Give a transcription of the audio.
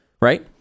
right